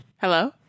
Hello